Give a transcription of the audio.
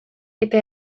eta